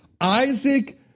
Isaac